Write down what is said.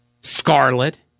Scarlet